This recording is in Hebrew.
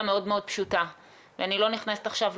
אני שואלת למעשה.